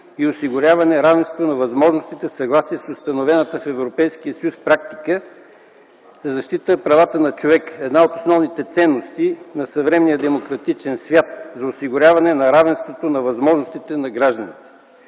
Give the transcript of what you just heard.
и осигуряване на равенство на възможностите в съгласие с установената в Европейския съюз практика за защита правата на човека – една от основните ценности на съвременния демократичен свят за осигуряване на равенството на възможностите на гражданите.